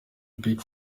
bobbi